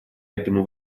этому